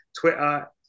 Twitter